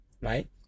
right